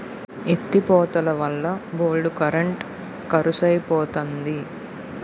ఎత్తి పోతలవల్ల బోల్డు కరెంట్ కరుసైపోతంది